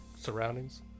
surroundings